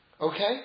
Okay